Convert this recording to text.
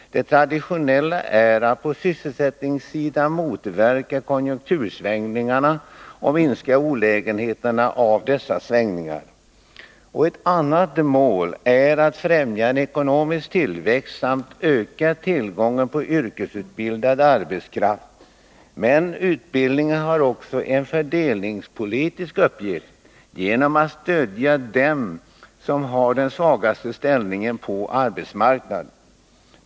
Det traditionella är att på sysselsättningssidan motverka konjunktursvängningar och minska olägenheterna av dessa svängningar. Ett annat mål är att främja ekonomisk tillväxt genom att öka tillgången på yrkesutbildad arbetskraft. Men utbildningen har också en viktig fördelningspolitisk uppgift genom att stödja dem som har den svagaste ställningen på arbetsmarknaden.